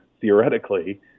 theoretically